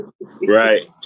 Right